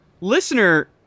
listener